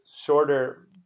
shorter